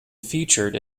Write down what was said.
featured